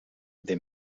des